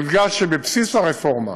יודגש שבבסיס הרפורמה,